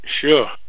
Sure